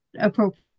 appropriate